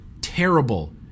terrible